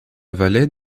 vallée